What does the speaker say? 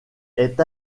est